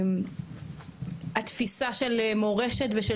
התפיסה של מורשת ושל